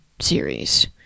series